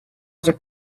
the